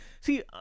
See